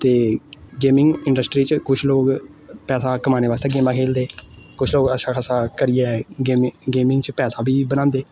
ते gaming industry च कुछ लोग पैसा कमाने बास्तै गेमां खेलदे कुछ लोग अच्छा खासा करियै गेमिंग गेमिंग च पैसा बी बनांदे ते